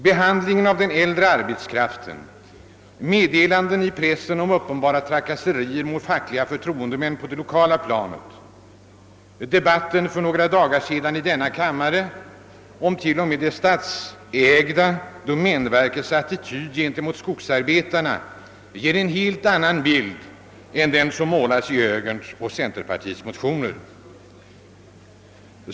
Behandlingen av den äldre arbetskraften, meddelanden i pressen om uppenbara trakasserier mot fackliga förtro endemän på det lokala planet, debatten i denna kammare för några dagar sedan som föranleddes av att till och med det statliga domänverket intar en negativ attityd gentemot skogsarbetarna, allt detta ger en annan bild än den som målas i centerpartiets och högerns motioner.